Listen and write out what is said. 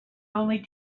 only